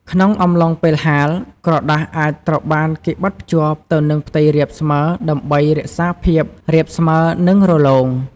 ក្នុងអំឡុងពេលហាល ក្រដាសអាចត្រូវបានគេបិទភ្ជាប់ទៅនឹងផ្ទៃរាបស្មើដើម្បីរក្សាភាពរាបស្មើ និងរលោង។